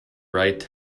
right